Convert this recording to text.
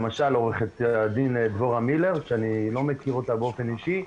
למשל עו"ד דבורה מילר שאני לא מכיר באופן אישי,